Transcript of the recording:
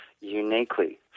uniquely